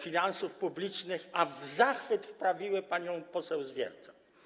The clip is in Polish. Finansów Publicznych, a w zachwyt wprawiły panią poseł Zwiercan.